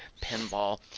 pinball